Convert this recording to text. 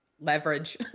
Leverage